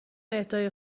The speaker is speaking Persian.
اهدای